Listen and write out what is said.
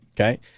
Okay